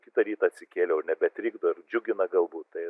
kitą rytą atsikėliau nebetrikdo ir džiugina galbūt tai